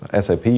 SAP